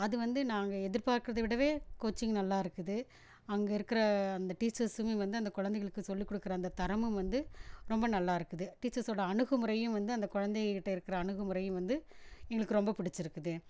அது வந்து நாங்கள் எதிர்பாக்றத விடவே கோச்சிங் நல்லா இருக்குது அங்கே இருக்கிற அந்த டீச்சர்ஸுமே வந்து அந்த கொழந்தைகளுக்கு சொல்லிக் கொடுக்குற அந்த தரமும் வந்து ரொம்ப நல்லாயிருக்குது டீச்சர்ஸோடய அணுகுமுறையும் வந்து அந்த குழந்தைகக்கிட்ட இருக்கிற அணுகுமுறையும் வந்து எங்களுக்கு ரொம்பப் பிடுச்சிருக்குது